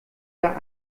der